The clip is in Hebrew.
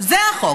זה החוק.